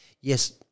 Yes